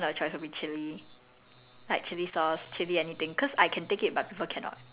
okay if it's against anyone right then my likely weapon of choice would be chili